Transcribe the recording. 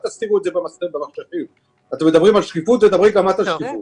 אתם מדברים על שקיפות תדברי גם את על שקיפות.